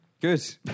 Good